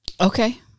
Okay